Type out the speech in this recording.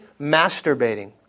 masturbating